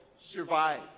survive